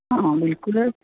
ਹਾਂ ਬਿਲਕੁਲ